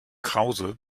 krause